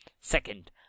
second